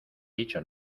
dicho